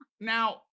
Now